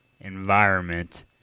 environment